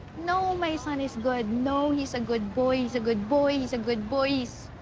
no, my son is good. no, he's a good boy, he's a good boy, he's a good boy, he's.